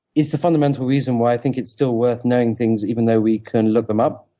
is the fundamental reason why i think it's still worth knowing things even though we can look them up.